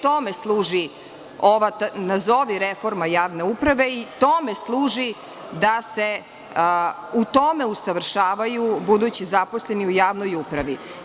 Tome služi ova, nazovi, reforma javne uprave i tome služi da se u tome usavršavaju budući zaposleni u javnoj upravi.